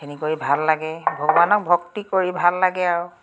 এনেকৈ ভাল লাগে ভগৱানক ভক্তি কৰি ভাল লাগে আৰু